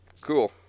Cool